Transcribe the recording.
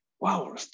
wow